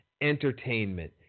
entertainment